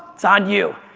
it's on you.